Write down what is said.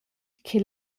che